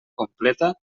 completa